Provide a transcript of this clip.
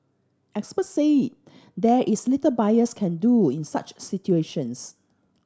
experts said there is little buyers can do in such situations